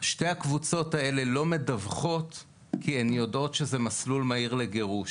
שתי הקבוצות האלה לא מדווחות כי הן יודעות שזה מסלול מהיר לגירוש